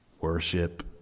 worship